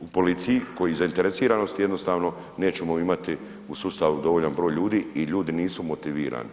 u policiji koji zainteresiranost jednostavno nećemo imati u sustavu dovoljan broj ljudi i ljudi nisu motivirani.